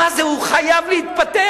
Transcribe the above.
מה זה, הוא חייב להתפטר.